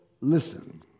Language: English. listen